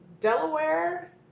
Delaware